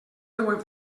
deuen